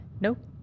Nope